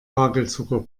hagelzucker